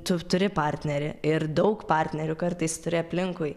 tu turi partnerį ir daug partnerių kartais turi aplinkui